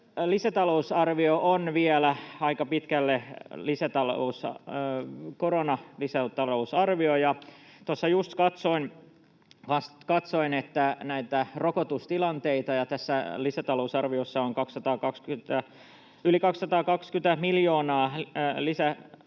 lisätalousarvio on vielä aika pitkälle koronalisätalousarvio. Tuossa just katsoin näitä rokotustilanteita, ja tässä lisätalousarviossa on yli 220 miljoonaa lisärokotteiden